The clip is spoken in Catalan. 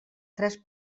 tres